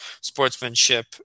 sportsmanship